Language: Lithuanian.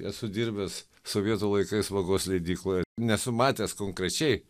esu dirbęs sovietų laikais vagos leidykloje nesu matęs konkrečiai